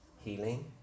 healing